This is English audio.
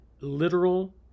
literal